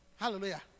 Hallelujah